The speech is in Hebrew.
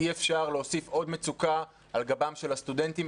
אי אפשר להוסיף עוד מצוקה על גבם של הסטודנטים,